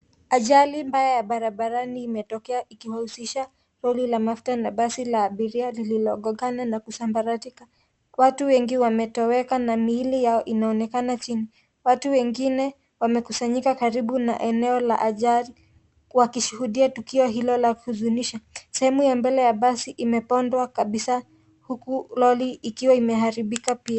Ajali mbaya ya barabarani imetokea ikiwahusisha Lori la mafuta na basi la abiria lolilo gongana na kusambaratika. Watu wengi wametoweka na miili yao inaonekana chini. Watu wengine wamekusanyika karibu na eneo la ajali wakishuhudia tukio hilo la kuhuzunisha. Sehemu ya mbele ya basi imebondwa Kabisa huku Lori ikiwa imeharibika pia.